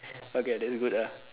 okay then be good ah